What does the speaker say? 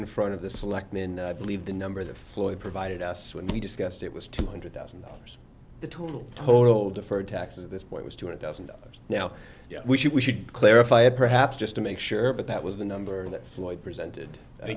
in front of the selectmen believe the number that floyd provided us when we discussed it was two hundred thousand dollars the total total deferred taxes at this point was two hundred thousand dollars now we should clarify perhaps just to make sure but that was the number that floyd presented i